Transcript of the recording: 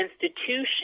institution